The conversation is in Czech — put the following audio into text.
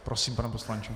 Prosím, pane poslanče.